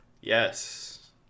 Yes